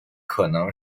可能